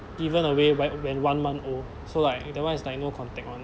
given away wh~ when one month old so like that [one] is like no contact